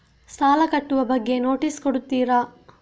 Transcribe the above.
ಸಾಲ ಕಟ್ಟುವ ಬಗ್ಗೆ ನೋಟಿಸ್ ಕೊಡುತ್ತೀರ?